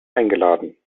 eingeladen